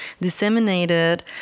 disseminated